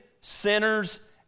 sinners